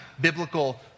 biblical